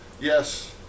Yes